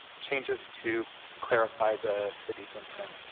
changes to clarify the city's intent.